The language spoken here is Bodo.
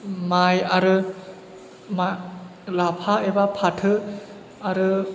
माइ आरो मा लाफा एबा फाथो आरो